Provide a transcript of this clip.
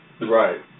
Right